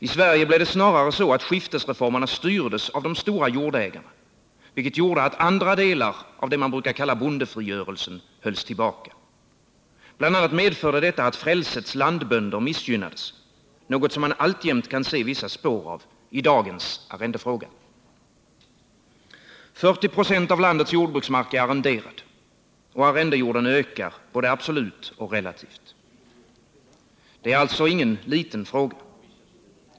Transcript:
I Sverige blev det snarare så, att skiftesreformerna styrdes av de stora jordägarna, vilket gjorde att andra delar av det man brukar kalla bondefrigörelsen hölls tillbaka. Bl. a. medförde detta att frälsets landbönder missgynnades, något som man alltjämt kan se vissa spår av i dagens arrendefråga. 40 96 av landets jordbruksmark är arrenderad, och arrendejorden ökar både absolut och relativt. Det är alltså ingen liten fråga.